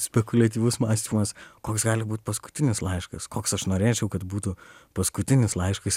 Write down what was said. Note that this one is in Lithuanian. spekuliatyvus mąstymas koks gali būt paskutinis laiškas koks aš norėčiau kad būtų paskutinis laiškas